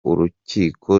urukiko